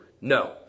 No